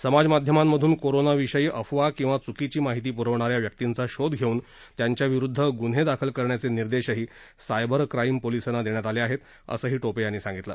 समाज माध्यमांतून कोरोनाविषयी अफवा किवा चुकीची माहिती पुरवणाऱ्या व्यक्तींचा शोध घेऊन त्यांच्याविरूद्ध गुन्हे दाखल करण्याचे निर्देश सायबर क्राईम पोलिसांना देण्यात आले आहेत असंही टोपे यांनी सांगितलं